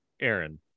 Aaron